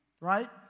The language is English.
right